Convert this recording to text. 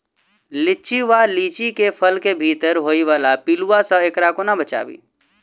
लिच्ची वा लीची केँ फल केँ भीतर होइ वला पिलुआ सऽ एकरा कोना बचाबी?